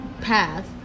path